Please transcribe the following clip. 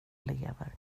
lever